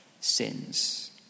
sins